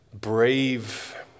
brave